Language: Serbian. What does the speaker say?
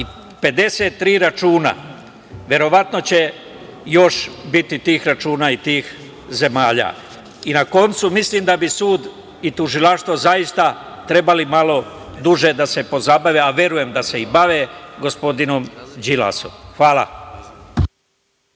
i 53 računa. Verovatno će još biti tih računa i tih zemalja. Na koncu, mislim da bi sud i tužilaštvo zaista trebali malo duže da se pozabave, a verujem da se i bave gospodinom Đilasom. Hvala.